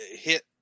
hit